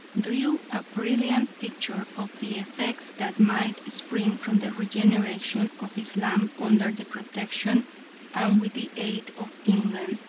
drew a brilliant picture of the effects that might spring from the regeneration of islam under the protection and with the aid of england.